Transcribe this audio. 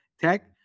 tech